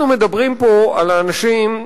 אנחנו מדברים פה על האנשים,